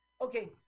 Okay